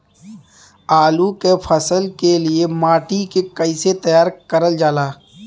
आलू क फसल के लिए माटी के कैसे तैयार करल जाला?